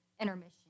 intermission